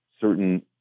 certain